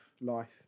Life